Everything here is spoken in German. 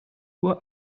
uhr